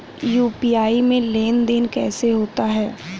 UPI में लेनदेन कैसे होता है?